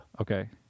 Okay